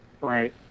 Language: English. right